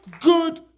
good